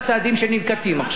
אתה בעד העלאת מע"מ או נגד?